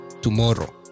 tomorrow